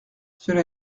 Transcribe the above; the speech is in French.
cela